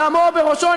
דמו בראשו,